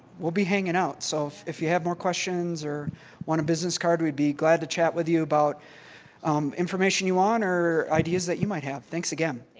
we'll be hanging out, so if if you have more questions or want a business card we'd be glad to chat with you about information you want or ideas that you might have. thanks again.